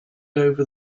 over